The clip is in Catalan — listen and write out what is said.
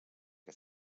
que